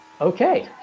Okay